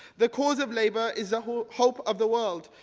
the cause of labour is the hope hope of the world.